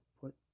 put